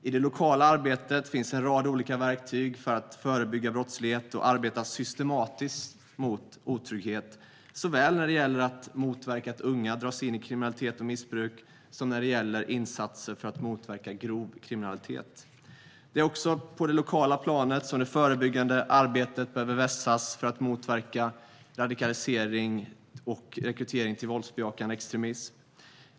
I det lokala arbetet finns en rad olika verktyg för att förebygga brottslighet och arbeta systematiskt mot otrygghet såväl när det gäller att motverka att unga dras in i kriminalitet och missbruk som när det gäller insatser för att motverka grov kriminalitet. Det är också på det lokala planet som det förebyggande arbetet behöver vässas för att motverka radikalisering och rekrytering till våldsbejakande extremism.